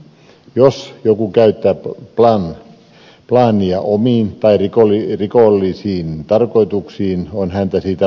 jos joku käyttää wlania omiin tai rikollisiin tarkoituksiin on häntä siitä rangaistava